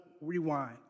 Rewind